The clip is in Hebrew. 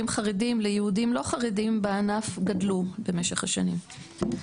חרדים ליהודים לא חרדים בענף גדלו במשך השנים.